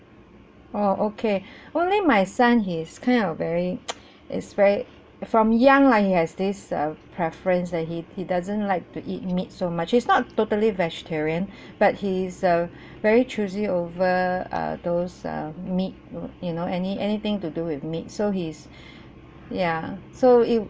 oh okay only my son he is kind of very he's very from young lah he has this uh preference uh he he doesn't like to eat meat so much he's not totally vegetarian but he is a very choosy over err those err meat yo~ you know any anything to do with meat so he's ya so it